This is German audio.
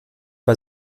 bei